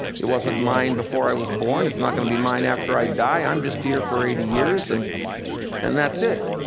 it wasn't mine before i was born, it's not going to be mine after i die, i'm just here for eighty years and then and that's it.